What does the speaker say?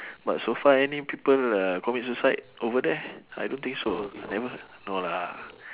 but so far any people uh commit suicide over there I don't think so ah I never heard no lah